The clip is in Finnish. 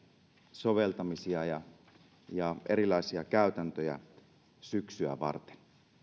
soveltamisia ja ja erilaisia käytäntöjä syksyä varten